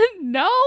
no